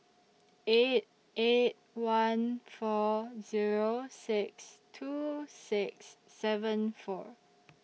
eight eight one four Zero six two six seven four